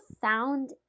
found